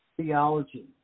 theology